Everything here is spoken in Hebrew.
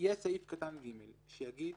יהיה סעיף קטן (ג) שיגיד